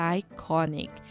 iconic